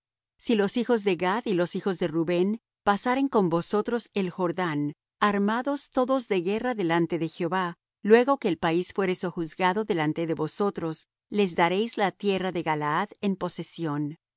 si los hijos de gad y los hijos de rubén pasaren con vosotros el jordán armados todos de guerra delante de jehová luego que el país fuere sojuzgado delante de vosotros les daréis la tierra de galaad en posesión mas